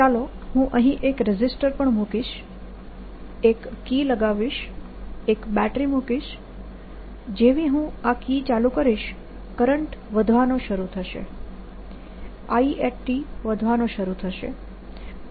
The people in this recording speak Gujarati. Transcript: ચાલો હું અહીં એક રેઝિસ્ટર પણ મુકીશ એક કી લગાવીશ બેટરી મૂકીશ જેવી હું આ કી ચાલુ કરીશ કરંટ વધવાનો શરુ થશે I વધવાનો શરુ થશે